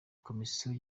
komisiyo